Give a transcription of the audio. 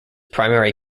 primary